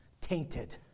Tainted